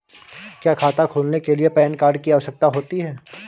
क्या खाता खोलने के लिए पैन कार्ड की आवश्यकता होती है?